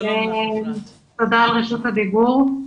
תודה על רשות הדיבור.